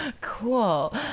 Cool